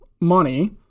money